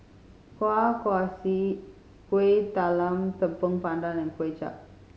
Kueh Kaswi Kuih Talam Tepong Pandan and Kuay Chap